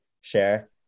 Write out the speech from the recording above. share